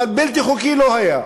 אבל בלתי חוקי, לא היה.